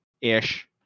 ish